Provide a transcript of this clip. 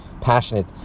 passionate